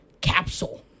capsule